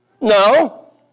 No